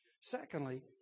Secondly